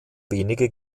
wenige